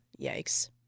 yikes